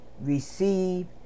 receive